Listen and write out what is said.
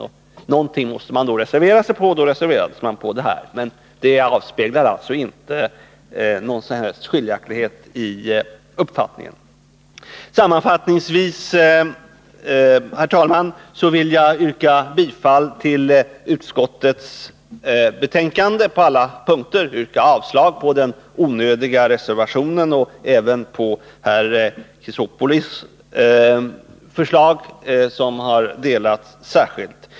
På någon punkt måste man alltså reservera sig, och då reserverade man sig på den här punkten. Därmed avspeglas emellertid inte någon som helst skiljaktighet i uppfattning. Sammanfattningsvis, herr talman, vill jag yrka bifall till utskottets hemställan på alla punkter. Jag yrkar också avslag på den onödiga reservationen och på herr Chrisopoulos särskilda yrkande, som har delats ut separat.